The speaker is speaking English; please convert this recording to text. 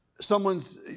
someone's